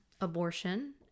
abortion